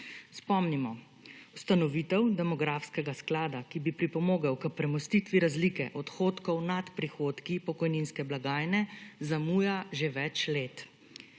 Spomnimo, ustanovitev demografskega sklada, ki bi pripomogel k premostitvi razlike odhodkov nad prihodki pokojninske blagajne, zamuja že več let.